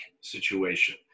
situation